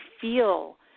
feel